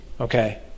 okay